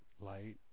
light